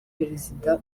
perezida